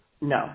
No